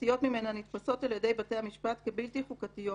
סטיות ממנה נתפסות על ידי בתי המשפט כבלתי חוקתיות